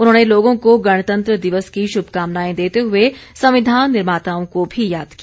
उन्होंने लोगों को गणतंत्र दिवस की शुभकामनाएं देते हुए संविधान निर्माताओं को भी याद किया